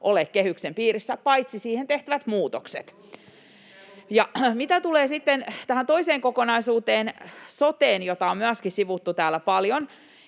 ole kehyksen piirissä, paitsi niihin tehtävät muutokset. [Ben Zyskowicz: Just näin!] Ja mitä tulee sitten tähän toiseen kokonaisuuteen, soteen, jota myöskin on sivuttu täällä paljon,